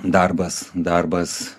darbas darbas